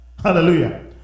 hallelujah